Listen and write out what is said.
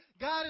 God